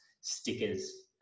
stickers